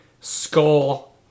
skull